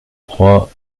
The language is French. trois